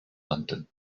london